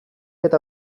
eta